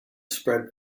spread